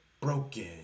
broken